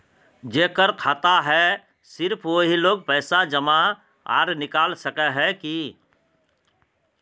जेकर खाता है सिर्फ वही लोग पैसा जमा आर निकाल सके है की?